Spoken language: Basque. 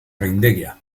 gaindegia